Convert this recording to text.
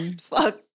fuck